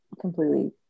Completely